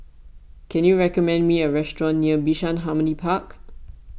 can you recommend me a restaurant near Bishan Harmony Park